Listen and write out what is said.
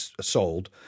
sold